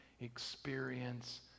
Experience